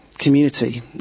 Community